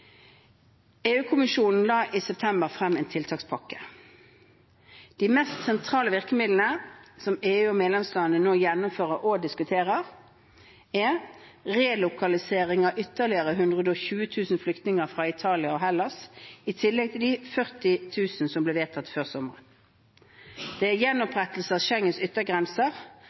la i september frem en tiltakspakke. De mest sentrale virkemidlene som EU og medlemslandene nå gjennomfører og diskuterer, er: relokalisering av ytterligere 120 000 flyktninger fra Italia og Hellas, i tillegg til de 40 000 som ble vedtatt før sommeren